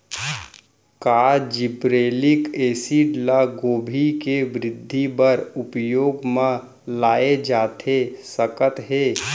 का gibberellic acid ल गोभी के वृद्धि बर उपयोग म लाये जाथे सकत हे?